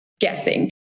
guessing